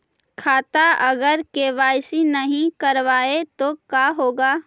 खाता अगर के.वाई.सी नही करबाए तो का होगा?